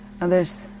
others